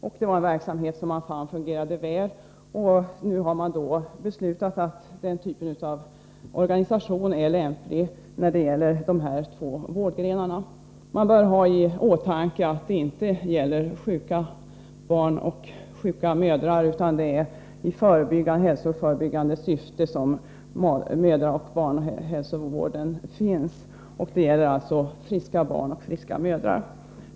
Man fann att den verksamheten fungerade väl, och nu anser man att den typen av organisation är lämplig när det gäller dessa två vårdgrenar. Man bör ha i åtanke att det här inte gäller sjuka barn och sjuka mödrar, utan mödraoch barnhälsovården bedrivs i förebyggande syfte. Det gäller alltså friska barn och friska mödrar.